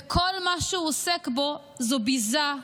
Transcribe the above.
וכל מה שהוא עוסק בו זה ביזה,